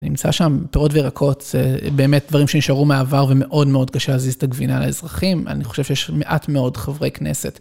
נמצא שם פירות וירקות, באמת דברים שנשארו מעבר ומאוד מאוד קשה להזיז את הגבינה לאזרחים, אני חושב שיש מעט מאוד חברי כנסת.